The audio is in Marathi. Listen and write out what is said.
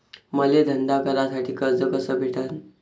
मले धंदा करासाठी कर्ज कस भेटन?